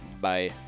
Bye